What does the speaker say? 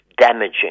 damaging